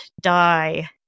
die